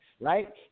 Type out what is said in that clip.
right